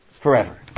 Forever